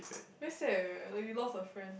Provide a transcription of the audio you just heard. very sad eh when you lost a friend